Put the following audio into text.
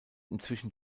inzwischen